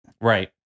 Right